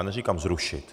Neříkám zrušit.